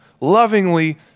lovingly